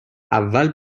اول